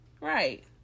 Right